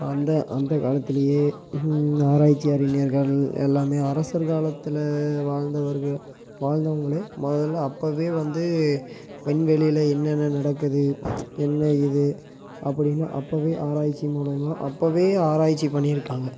அந்த அந்த காலத்திலேயே ஆராய்ச்சி அறிஞர்கள் எல்லாமே அரசர் காலத்தில் வாழ்ந்தவர்கள் வாழ்ந்தவங்களே முதல்ல அப்பவே வந்து விண்வெளியில என்னென்ன நடக்குது என்ன இது அப்படினு அப்பவே ஆராய்ச்சி மூலயமாக அப்பவே ஆராய்ச்சி பண்ணியிருக்காங்க